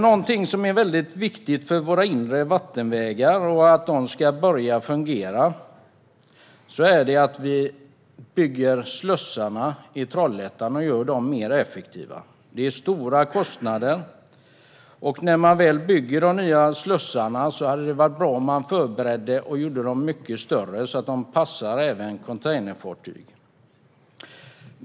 Någonting som är mycket viktigt för att våra inre vattenvägar ska börja fungera är att vi bygger slussarna i Trollhättan och gör dem mer effektiva. Det innebär stora kostnader, och när man väl bygger de nya slussarna är det bra om man gör dem mycket större så att de även passar containerfartyg.